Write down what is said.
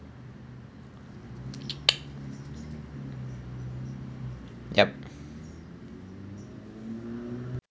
yup